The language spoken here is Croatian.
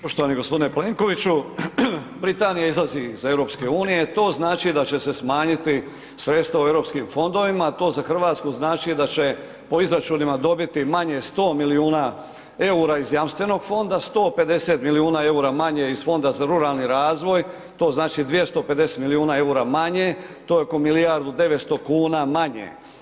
Poštovani g. Plenkoviću, Britanija izlazi iz EU, to znači da će se smanjiti sredstva u Europskim fondovima, to za RH znači da će po izračunima dobiti manje 100 milijuna EUR-a iz jamstvenog fonda, 150 milijuna EUR-a manje iz Fonda za ruralni razvoj, to znači 250 milijuna EUR-a manje, to je oko milijardu 900 kuna manje.